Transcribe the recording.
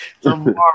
Tomorrow